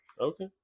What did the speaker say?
Okay